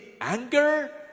anger